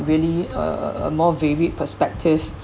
really a a more vivid perspective